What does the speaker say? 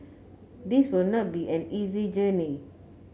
this will not be an easy journey